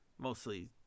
Mostly